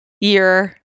year